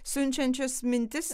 siunčiančias mintis